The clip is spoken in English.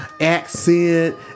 accent